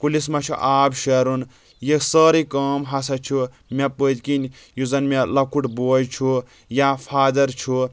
کُلِس ما چھُ آب شیرُن یہِ سٲرٕے کٲم ہسا چھُ مےٚ پٔتۍ کِنۍ یُس زن مےٚ لۄکُٹ بوے چھُ یا فادر چھُ